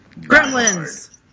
Gremlins